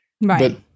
Right